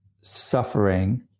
suffering